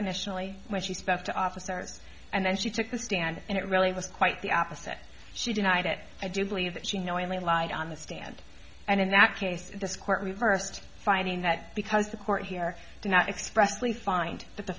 initially when she spoke to officers and then she took the stand and it really was quite the opposite she denied it i do believe that she knowingly lied on the stand and inaccuracies this court reversed finding that because the court here did not expressly find th